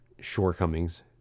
shortcomings